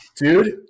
Dude